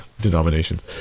denominations